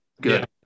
good